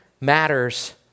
matters